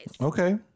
Okay